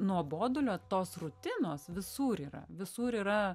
nuobodulio tos rutinos visur yra visur yra